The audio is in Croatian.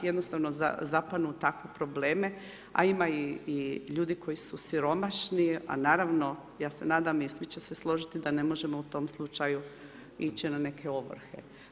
Jednostavno zapadnu u takve probleme, a ima i ljudi koji su siromašni, a naravno ja se nadam i svi će se složiti da ne možemo u tom slučaju ići na neke ovrhe.